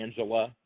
Angela